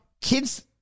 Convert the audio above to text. kids